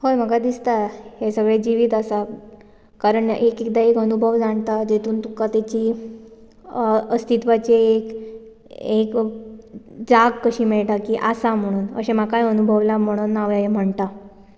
हय म्हाका दिसता हें सगळें जिवीत आसा कारण एक एकदा एक अनुभव जाणता जितूंत तुका तेची अस्तित्वाची एक एक जाग कशी मेळटा की आसा म्हणून अशें म्हाकाय अणभवलां म्हणून हांव हें म्हणटां